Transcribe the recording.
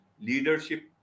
leadership